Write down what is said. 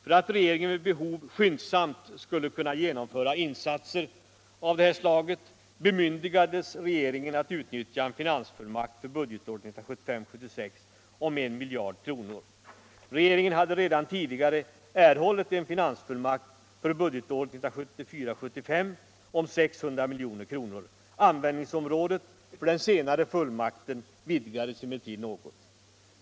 För att regeringen vid behov skyndsamt skulle kunna genomföra insatser av detta slag bemyndigades regeringen att utnyttja en finansfullmakt för budgetåret 1975 75 om 600 milj.kr. Användningsområdet för den senare fullmakten vidgades emellertid något.